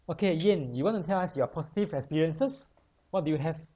okay yan you want to tell us your positive experiences what do you have